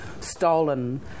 stolen